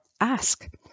ask